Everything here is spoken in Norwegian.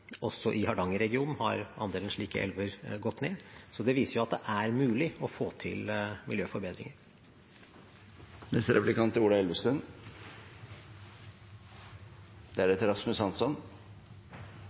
Også i Hardangerregionen har andelen slike elver gått ned. Det viser at det er mulig å få til